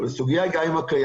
אבל הסוגיה היא גם עם הקיימים.